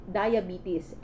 diabetes